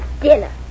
Dinner